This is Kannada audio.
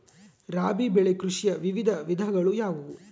ರಾಬಿ ಬೆಳೆ ಕೃಷಿಯ ವಿವಿಧ ವಿಧಗಳು ಯಾವುವು?